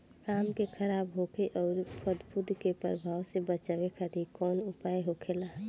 आम के खराब होखे अउर फफूद के प्रभाव से बचावे खातिर कउन उपाय होखेला?